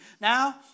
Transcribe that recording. Now